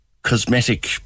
cosmetic